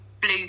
blue